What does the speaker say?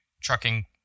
trucking